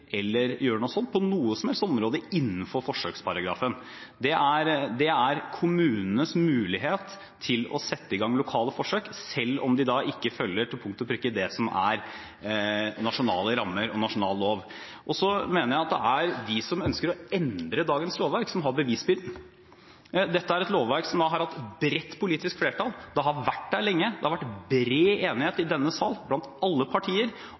eller gjøre noe slikt på noe som helst område innenfor forsøksparagrafen. Det er kommunenes mulighet til å sette i gang lokale forsøk, selv om de ikke følger til punkt og prikke det som er nasjonale rammer og nasjonal lov. Jeg mener det er de som ønsker å endre dagens lovverk, som har bevisbyrden. Dette er et lovverk som har hatt bredt politisk flertall. Det har vært der lenge. Det har vært bred enighet i denne salen blant alle partier